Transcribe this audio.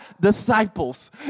disciples